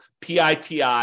PITI